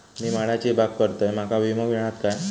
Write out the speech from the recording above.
मी माडाची बाग करतंय माका विमो मिळात काय?